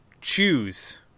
choose